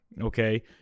okay